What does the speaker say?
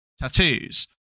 tattoos